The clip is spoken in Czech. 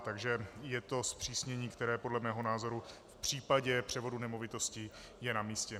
Takže je to zpřísnění, které podle mého názoru v případě převodu nemovitosti je namístě.